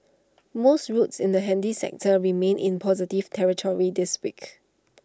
most routes in the handy sector remained in positive territory this week